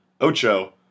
Ocho